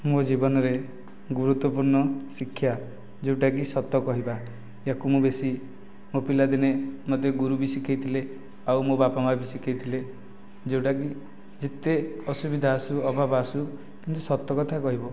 ମୋ ଜୀବନରେ ଗୁରୁତ୍ୱପୂର୍ଣ୍ଣ ଶିକ୍ଷା ଯେଉଁଟା କି ସତ କହିବା ୟାକୁ ମୁଁ ବେଶି ମୋ ପିଲାଦିନେ ମୋତେ ଗୁରୁ ବି ଶିଖାଇଥିଲେ ଆଉ ମୋ ବାପା ମା ବି ଶିଖାଇଥିଲେ ଯେଉଁଟା କି ଯେତେ ଅସୁବିଧା ଆସୁ ଅଭାବ ଆସୁ ସତ କଥା କହିବ